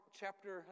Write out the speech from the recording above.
chapter